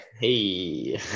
hey